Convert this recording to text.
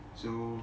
ya